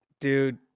Dude